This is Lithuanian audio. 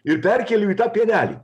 ir perkėliau į tą pienelį